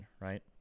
right